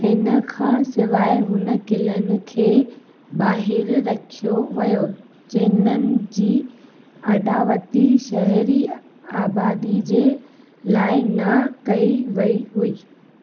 हिन खां सिवाइ हुन क़िलनि खे ॿाहिरि रखियो वियो जिन्हनि जी अडावति शहरी आबादी जे लाइ न कई वेई हुई